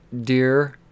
Dear